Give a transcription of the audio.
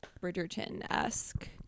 bridgerton-esque